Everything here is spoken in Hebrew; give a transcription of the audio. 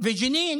וג'נין